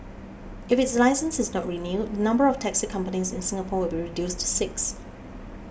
if its licence is not renewed the number of taxi companies in Singapore will be reduced to six